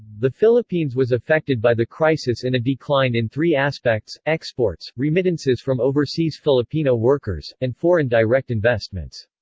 the philippines was affected by the crisis in a decline in three aspects exports, remittances from overseas filipino workers, and foreign direct investments.